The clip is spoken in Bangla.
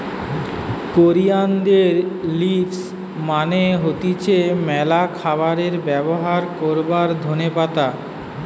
কোরিয়ানদের লিভস মানে হতিছে ম্যালা খাবারে ব্যবহার করবার ধোনে পাতা